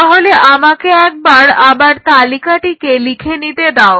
তাহলে আমাকে একবার আবার তালিকাটিকে লিখে নিতে দাও